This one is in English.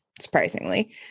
surprisingly